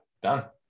Done